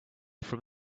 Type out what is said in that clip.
from